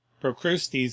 procrustes